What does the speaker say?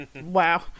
Wow